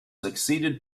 succeeded